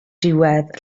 diwedd